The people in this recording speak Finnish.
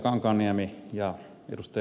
kankaanniemi ja ed